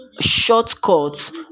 shortcuts